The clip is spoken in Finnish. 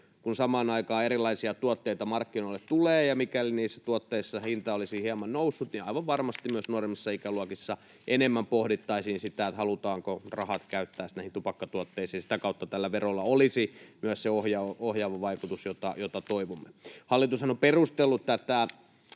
kun samaan aikaan erilaisia tuotteita markkinoille tulee, ja mikäli niissä tuotteissa hinta olisi hieman noussut, niin aivan varmasti myös nuoremmissa ikäluokissa enemmän pohdittaisiin, halutaanko rahat käyttää näihin tupakkatuotteisiin. Sitä kautta tällä verolla olisi myös se ohjaava vaikutus, jota toivomme. Hallitushan on perustellut tätä